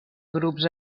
grups